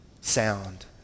sound